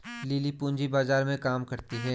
lily पूंजी बाजार में काम करती है